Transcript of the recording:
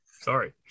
sorry